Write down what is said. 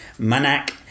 Manak